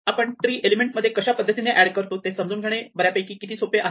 आपण ट्री मध्ये एलिमेंट कशा पद्धतीने एड करतो ते समजून घेणे बऱ्यापैकी किती सोपे आहे